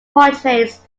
portraits